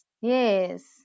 yes